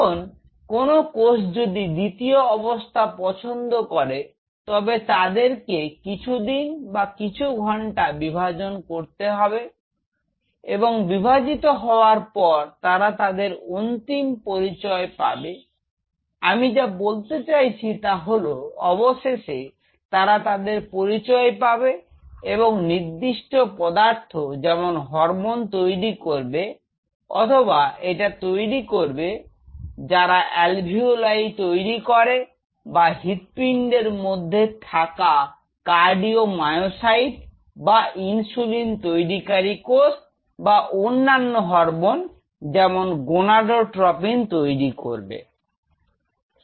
এখন কোন কোষ যদি দ্বিতীয় অবস্থা পছন্দ করে তবে তাদেরকে কিছুদিন বা কিছু ঘন্টা বিভাজন করতে হবে এবং বিভাজিত হওয়ার পর তারা তাদের অন্তিম পরিচয় পাবে আমি যা বলতে চাইছি তা হল অবশেষে তারা তাদের পরিচয় পাবে এবং নির্দিষ্ট পদার্থ যেমন হরমোন তৈরি করবে অথবা এটা তৈরি করবে যারা অ্যালভিওলাই তৈরি করবে বা হৃদপিন্ডের মধ্যে থাকা কার্ডিও মায়োসাইট বা ইনসুলিন তৈরি কারী কোষ বা অন্যান্য হরমোন যেমন গোনাডোট্রপিন তৈরি করবে